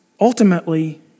ultimately